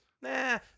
nah